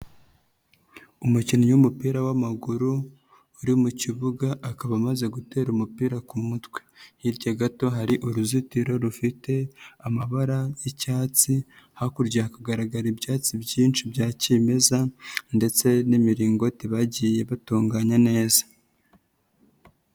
Umukinnyi w'umupira w'amaguru, uri mu kibuga, akaba amaze gutera umupira ku mutwe. Hirya gato hari uruzitiro rufite amabara y'icyatsi, hakurya hakagaragara ibyatsi byinshi bya kimeza ndetse n'imiringoti bagiye batunganya neza.